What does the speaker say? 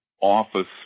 office